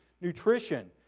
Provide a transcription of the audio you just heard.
nutrition